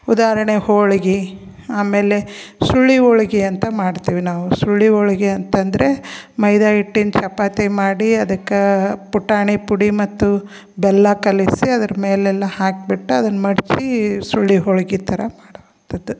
ಉದಾಹರಣೆ ಹೋಳ್ಗೆ ಆಮೇಲೆ ಸುಳ್ಳಿ ಹೋಳ್ಗೆ ಅಂತ ಮಾಡ್ತೀವಿ ನಾವು ಸುಳ್ಳಿ ಹೋಳ್ಗೆ ಅಂತಂದರೆ ಮೈದ ಹಿಟ್ಟಿಂದು ಚಪಾತಿ ಮಾಡಿ ಅದಕ್ಕೆ ಪುಟಾಣಿ ಪುಡಿ ಮತ್ತು ಬೆಲ್ಲ ಕಲಿಸಿ ಅದ್ರ ಮೇಲೆಲ್ಲ ಹಾಕ್ಬಿಟ್ಟು ಅದನ್ನು ಮಡಚಿ ಸುಳ್ಳಿ ಹೋಳ್ಗೆ ಥರ ಮಾಡುವಂಥದ್ದು